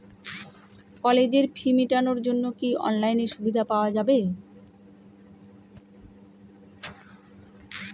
কলেজের ফি মেটানোর জন্য কি অনলাইনে সুবিধা পাওয়া যাবে?